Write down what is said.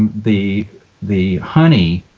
and the the honey,